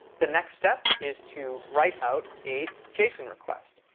the next step is to write out a json request.